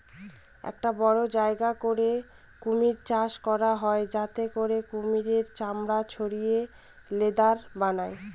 একটা বড়ো জায়গা করে কুমির চাষ করা হয় যাতে করে কুমিরের চামড়া ছাড়িয়ে লেদার বানায়